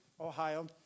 Ohio